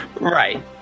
Right